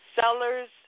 Sellers